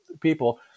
people